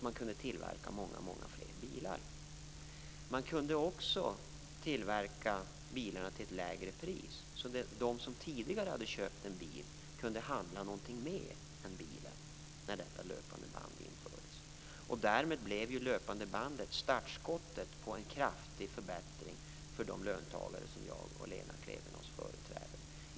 Man kunde tillverka många fler bilar. Man kunde också tillverka bilarna till ett lägre pris. När detta löpande band infördes kunde de som köpte en bil handla något mer än bilen. Därmed blev löpande bandet startskottet på en kraftig förbättring för de löntagare som jag och Lena Klevenås företräder.